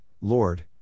Lord